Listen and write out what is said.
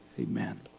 Amen